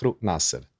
nasser